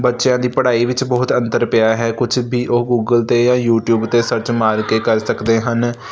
ਬੱਚਿਆਂ ਦੀ ਪੜ੍ਹਾਈ ਵਿੱਚ ਬਹੁਤ ਅੰਤਰ ਪਿਆ ਹੈ ਕੁਝ ਵੀ ਉਹ ਗੂਗਲ 'ਤੇ ਜਾਂ ਯੂਟੀਊਬ 'ਤੇ ਸਰਚ ਮਾਰ ਕੇ ਕਰ ਸਕਦੇ ਹਨ